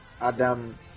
adam